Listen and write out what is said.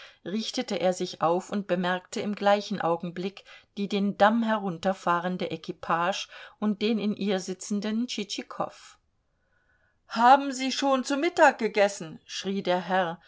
richtete er sich auf und bemerkte im gleichen augenblick die den damm herunterfahrende equipage und den in ihr sitzenden tschitschikow haben sie schon zu mittag gegessen schrie der herr